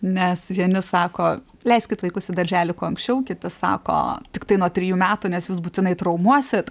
nes vieni sako leiskit vaikus į darželį kuo anksčiau kiti sako tiktai nuo trijų metų nes jūs būtinai traumuosit